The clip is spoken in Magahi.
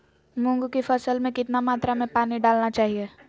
मूंग की फसल में कितना मात्रा में पानी डालना चाहिए?